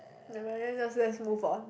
nevermind let's just let's move on